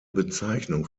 bezeichnung